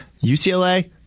UCLA